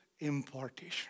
importation